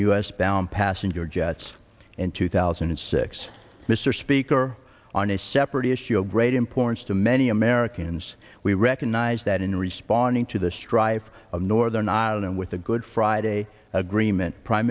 u s bound passenger jets in two thousand and six mr speaker on a separate issue of great importance to many americans we recognize that in responding to the strife of northern ireland with the good friday agreement prime